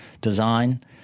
design